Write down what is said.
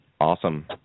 Awesome